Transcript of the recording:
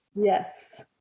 Yes